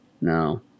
No